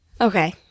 Okay